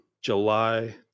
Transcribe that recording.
July